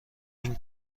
این